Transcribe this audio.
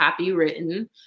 copywritten